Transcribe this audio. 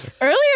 Earlier